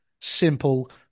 simple